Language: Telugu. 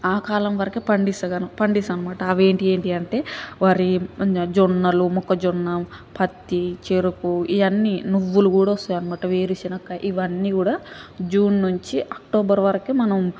ఆ కాలం వరకే పండిస్త పండిస్తామనమాట అవి ఏంటి ఏంటి అనంటే వరి జొన్నలు మొక్కజొన్న పత్తి చెఱుకు ఇవన్నీ నువ్వులు కూడా వస్తాయి అనమాట వేరుశనగకాయ ఇవన్నీ కూడా జూన్ నుంచి అక్టోబర్ వరకే మనం